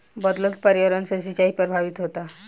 बदलत पर्यावरण से सिंचाई प्रभावित होता